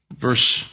Verse